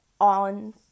on